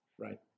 right